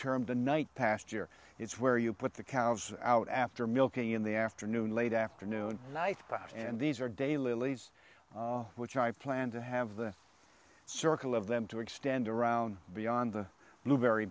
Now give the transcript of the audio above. termed a night past year it's where you put the cows out after milking in the afternoon late afternoon night and these are day lilies which i plan to have the circle of the to extend around beyond the blueberry